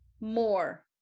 more